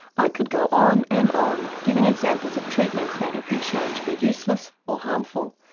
i could go on and on giving examples of treatments that have been shown to be useless or harmful.